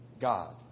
God